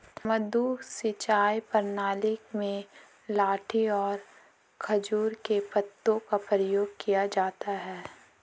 मद्दू सिंचाई प्रणाली में लाठी और खजूर के पत्तों का प्रयोग किया जाता है